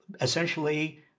essentially